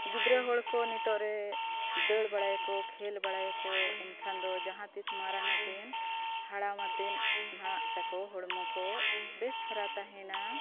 ᱜᱤᱫᱽᱨᱟᱹ ᱦᱚᱲ ᱠᱚ ᱱᱤᱛᱚᱜ ᱨᱮ ᱫᱟᱹᱲ ᱵᱟᱲᱟᱭᱟᱠᱚ ᱠᱷᱮᱞ ᱵᱟᱲᱟᱭᱟᱠᱚ ᱮᱱᱠᱷᱟᱱ ᱫᱚ ᱡᱟᱦᱟᱸ ᱛᱤᱥ ᱢᱟᱨᱟᱝ ᱠᱟᱛᱮᱫ ᱦᱟᱲᱟᱢ ᱠᱟᱛᱮᱫ ᱱᱟᱜ ᱛᱟᱠᱚ ᱦᱚᱲᱢᱚ ᱠᱚ ᱵᱮᱥ ᱫᱷᱟᱨᱟ ᱛᱟᱦᱮᱱᱟ